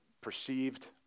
perceived